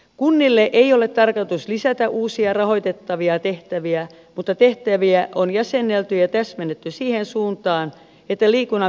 kunnille ei ole tarkoitus lisätä uusia rahoitettavia tehtäviä mutta tehtäviä on jäsennelty ja täsmennetty siihen suuntaan että liikunnan peruspalveluluonne vahvistuu